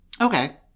Okay